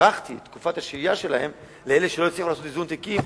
הארכתי את תקופת השהייה שלהם לאלה שלא הצליחו לעשות איזון תיקים,